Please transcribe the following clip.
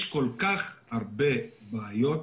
יש כל כך הרבה בעיות.